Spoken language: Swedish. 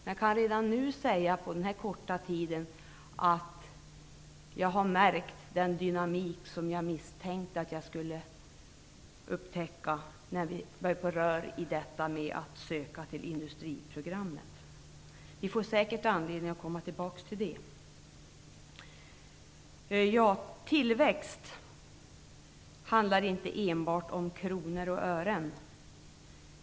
Jag kan redan efter den korta tid som gått säga att jag har observerat en sådan dynamik som jag misstänkte att jag skulle upptäcka när vi började gå in på sökandet till industriprogrammet. Vi får säkert anledning att komma tillbaks till det. Tillväxt handlar inte enbart om kronor och ören.